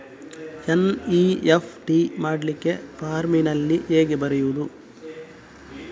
NEFT ಮಾಡ್ಲಿಕ್ಕೆ ಫಾರ್ಮಿನಲ್ಲಿ ಹೇಗೆ ಬರೆಯುವುದು?